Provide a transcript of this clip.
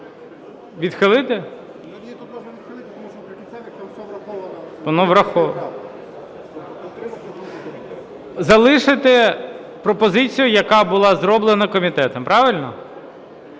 враховано. Залишити пропозицію, яка була зроблена комітетом, правильно?